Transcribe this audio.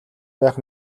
байх